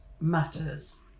matters